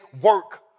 work